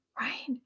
right